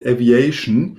aviation